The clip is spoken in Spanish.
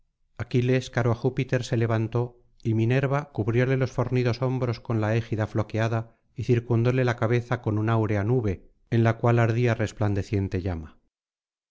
aquiles caro á júpiter se levantó y minerva cubrióle los fornidos hombros con la égida floqueada y circundóle la cabeza con áurea nube en la cual